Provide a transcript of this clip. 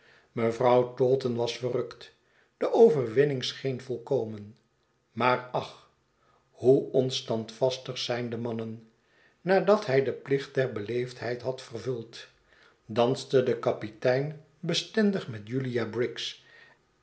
mevrouw taunton was verrukt de overwinning seheen volkomen maar ach hoe onstandvastig zijn de mannen nadat hij den plicht der beleefdheid had vervuld danste de kapitein bestendig met julia briggs